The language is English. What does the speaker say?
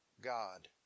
God